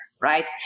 right